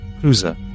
cruiser